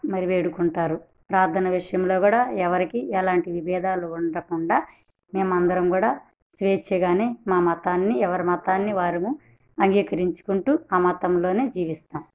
మరి వేడుకుంటారు ప్రార్థన విషయంలో కూడా ఎవరికి ఎలాంటి విభేదాలు ఉండకుండా మేమందరం కూడా స్వేచ్ఛగానే మా మతాన్ని ఎవరి మతాన్ని వారము అంగీకరించుకుంటూ ఆ మతంలోనే జీవిస్తాం